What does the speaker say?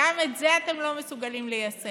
גם את זה אתם לא מסוגלים ליישם.